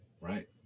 Right